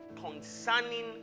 concerning